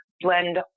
blend